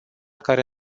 care